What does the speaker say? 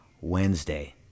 Wednesday